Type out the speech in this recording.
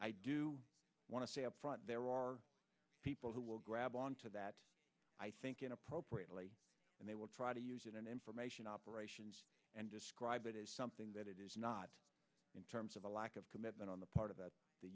i do want to say up front there are people who will grab on to that i think inappropriately and they will try to use in an information operations and describe it as something that it is not in terms of a lack of commitment on the part of th